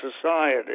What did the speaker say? society